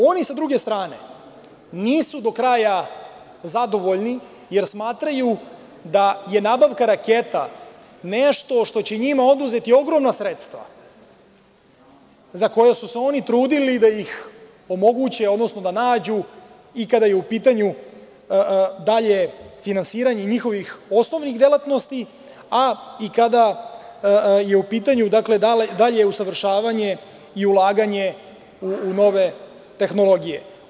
Oni, sa druge strane, nisu do kraja zadovoljni jer smatraju da je nabavka raketa nešto što će njima oduzeti ogromna sredstva za koja su se oni trudili da ih omoguće, odnosno da nađu i kada je u pitanju dalje finansiranje njihovih osnovnih delatnosti, a i kada je u pitanju dalje usavršavanje i ulaganje u nove tehnologije.